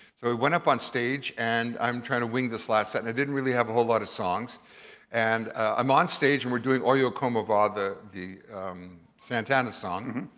so i went up on stage and i'm trying to wing this last set, and i didn't really have a whole lot of songs and i'm on stage and we're doing oye como va, the the santana song,